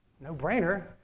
no-brainer